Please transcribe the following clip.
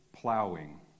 Plowing